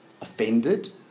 offended